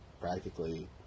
practically